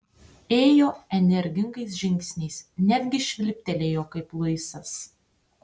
ėjo energingais žingsniais netgi švilptelėjo kaip luisas